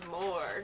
more